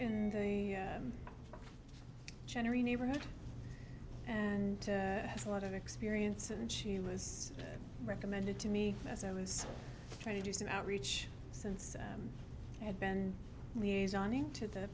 in the general neighborhood and has a lot of experience and she was recommended to me as i was trying to do some outreach since i had been liaison into the